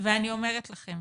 ואני אומרת לכם